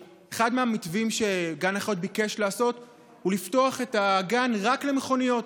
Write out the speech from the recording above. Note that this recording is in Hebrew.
אחד המתווים שגן החיות ביקש לעשות הוא לפתוח את הגן רק למכוניות.